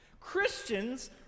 Christians